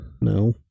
no